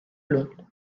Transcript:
long